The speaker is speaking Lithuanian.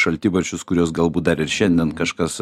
šaltibarščius kuriuos galbūt dar ir šiandien kažkas